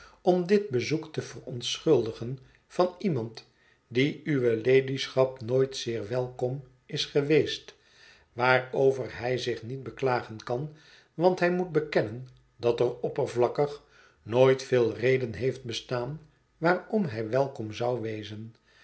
om dit bezoek te verontschuldigen van iemand die uwe ladyschap nooit zeer welkom is geweest waarover hij zich niet beklagen kan want hij moet bekennen dat er oppervlakkig nooit veel reden heeft bestaan waarom hij welkom zou wezen